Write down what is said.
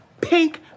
pink